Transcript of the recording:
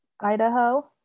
Idaho